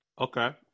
Okay